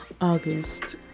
August